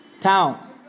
town